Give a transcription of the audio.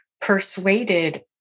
persuaded